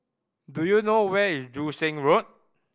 do you know where is Joo Seng Road